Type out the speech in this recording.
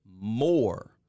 more